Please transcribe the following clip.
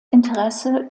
interesse